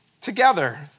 together